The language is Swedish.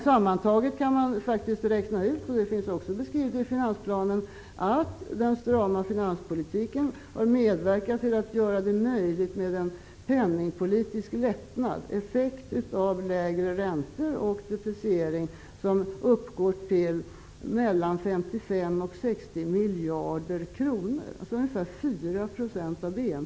Sammantaget kan man räkna ut -- det finns också beskrivet i finansplanen -- att den strama finanspolitiken har medverkat till att göra en penningpolitisk lättnad möjlig; en effekt av lägre räntor och depreciering, som uppgår till mellan 55 och 60 miljarder kronor, dvs. nästan 4 % av BNP.